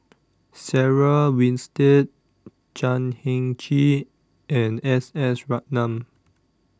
Sarah Winstedt Chan Heng Chee and S S Ratnam